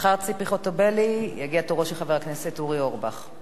לאחר ציפי חוטובלי יגיע תורו של חבר הכנסת אורי אורבך.